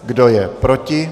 Kdo je proti?